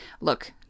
look